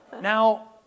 Now